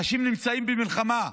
אנשים נמצאים במלחמה.